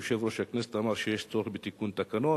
יושב-ראש הכנסת אמר שיש צורך בתיקון תקנון.